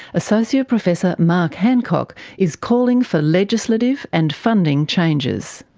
associate professor mark hancock is calling for legislative and funding changes.